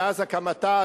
מאז הקמתה,